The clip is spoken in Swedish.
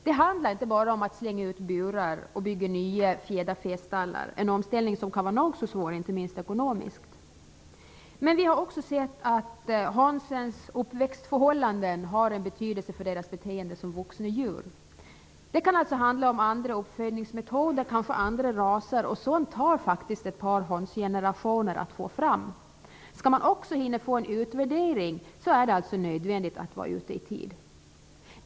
Det handlar inte bara om att slänga ut burar och bygga nya fjäderfästallar, en omställning som kan vara nog så svår, inte minst ekonomiskt. Vi har också sett att hönsens uppväxtförhållanden har en betydelse för deras beteende som vuxna djur. Det kan alltså handla om andra uppfödningsmetoder och kanske andra raser, och sådant tar faktiskt ett par hönsgenerationer att få fram. Skall man också hinna få en utvärdering är det alltså nödvändigt att vara ute i tid.